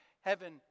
Heaven